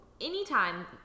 anytime